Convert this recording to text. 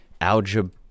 algebra